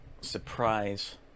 surprise